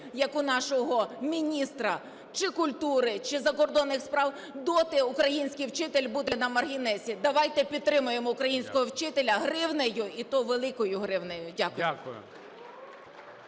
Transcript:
як у нашого міністра чи культури, чи закордонних справ, доти український вчитель буде на маргінесі. Давайте підтримаємо українського вчителя гривнею, і то великою гривнею. Дякую.